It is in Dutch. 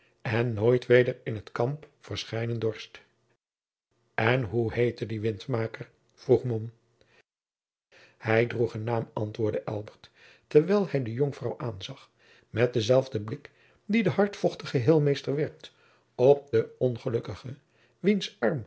en nooit weder in het kamp verschijnen dorst jacob van lennep de pleegzoon en hoe heette die windmaker vroeg mom hij droeg een naam antwoordde elbert terwijl hij de jonkvrouw aanzag met denzelfden blik dien de hardvochtige heelmeester werpt op den ongelukkige wiens arm